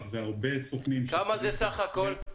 והרבה סוכנים --- כמה זמן זה בסך הכול?